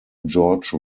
george